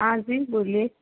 हाँ जी बोलिए